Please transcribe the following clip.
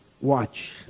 Watch